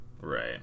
Right